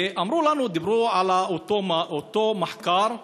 ודיברו על אותו מחקר,